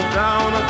down